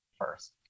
first